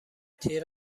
تیر